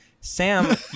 Sam